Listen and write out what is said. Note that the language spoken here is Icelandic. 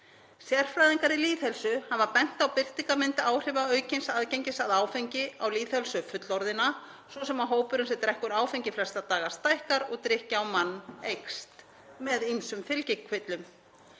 Sérfræðingar í lýðheilsu hafa bent á birtingarmynd áhrifa aukins aðgengis að áfengi á lýðheilsu fullorðinna, svo sem að hópurinn sem drekkur áfengi flesta daga stækkar og drykkja á mann eykst með ýmsum fylgikvillum.